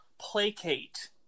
placate